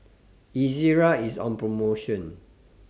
Ezerra IS on promotion